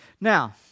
Now